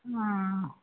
हँऽ